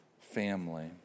family